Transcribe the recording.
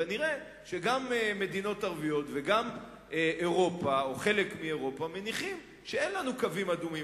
כנראה גם מדינות ערביות וגם אירופה מניחות שאין לנו קווים אדומים,